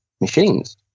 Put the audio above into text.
machines